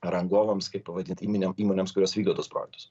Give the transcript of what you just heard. rangovams kaip pavadint imonėm įmonėms kurios vykdo tuos projektus